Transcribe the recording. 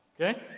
okay